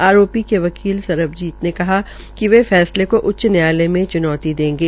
आरोपी के वकील सरबजीत ने कहा कि वे फैसले को उच्च न्यायालय में चुनौती देंगे